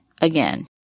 again